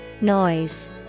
Noise